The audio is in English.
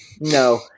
No